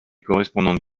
correspondante